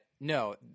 No